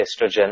estrogen